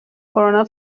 کرونا